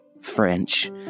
French